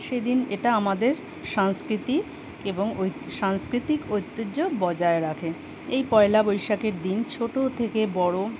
সেদিন এটা আমাদের সংস্কৃতি এবং ওই সাংস্কৃতিক ঐতিহ্য বজায় রাখে এই পয়লা বৈশাখের দিন ছোট থেকে বড়